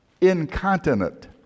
Incontinent